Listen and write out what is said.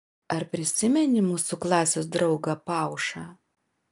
ar prisimeni mūsų klasės draugą paušą